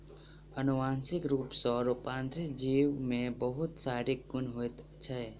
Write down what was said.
अनुवांशिक रूप सॅ रूपांतरित जीव में बहुत शारीरिक गुण होइत छै